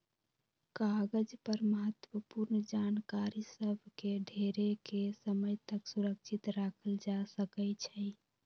कागज पर महत्वपूर्ण जानकारि सभ के ढेरेके समय तक सुरक्षित राखल जा सकै छइ